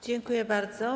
Dziękuję bardzo.